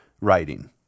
writing